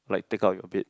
like take out your bed